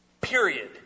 Period